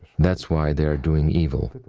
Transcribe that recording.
that's why they are doing evil.